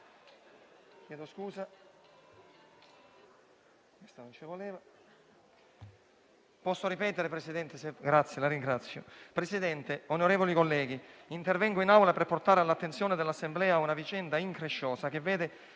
Presidente, onorevoli colleghi, intervengo in Aula per portare all'attenzione dell'Assemblea una vicenda incresciosa, che vede